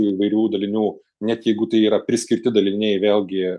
įvairių dalinių net jeigu tai yra priskirti daliniai vėlgi